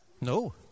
No